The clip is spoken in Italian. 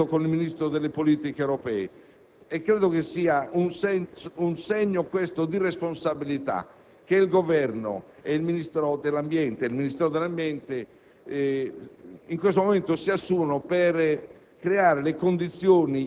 di concerto con il Ministro per le politiche europee. Credo che sia questo un segno di responsabilità che il Governo ed il Ministero dell'ambiente, in questo momento, si assumono per